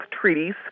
treaties